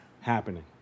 happening